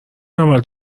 اول